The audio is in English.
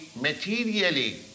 materially